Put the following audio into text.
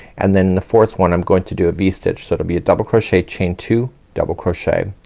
and then the fourth one i'm going to do a v-stitch. so it'll be a double crochet, chain two, double crochet.